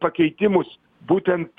pakeitimus būtent